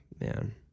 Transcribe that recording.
man